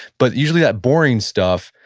but usually that boring stuff,